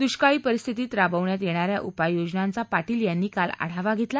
दुष्काळी परिस्थितीत राबवण्यात येणाऱ्या उपाय योजनांचा पाटील यांनी काल आढावा घेतला